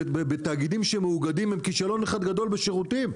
תאגידים שמאוגדים הם כישלון אחד גדול בשירותים.